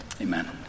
Amen